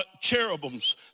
cherubims